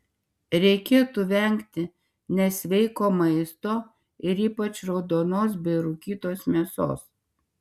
reikėtų vengti nesveiko maisto ir ypač raudonos bei rūkytos mėsos